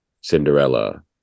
Cinderella